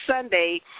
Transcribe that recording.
Sunday